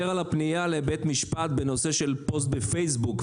על הפנייה בנושא של פוסט בפייסבוק,